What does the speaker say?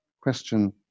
Question